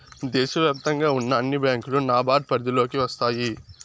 దేశ వ్యాప్తంగా ఉన్న అన్ని బ్యాంకులు నాబార్డ్ పరిధిలోకి వస్తాయి